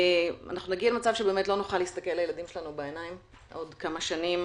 נגיע למצב שלא נוכל להסתכל לילדינו בעיניים עוד כמה שנים